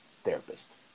therapist